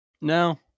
No